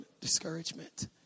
discouragement